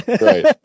Right